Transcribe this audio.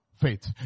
Faith